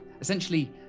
essentially